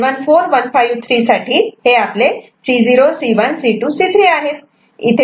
आता 74153 साठी हे आपले C0 C1 C2 C3 आहेत